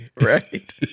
Right